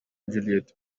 juliet